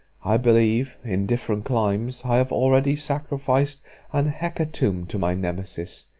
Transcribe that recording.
i believe, in different climes, i have already sacrificed an hecatomb to my nemesis,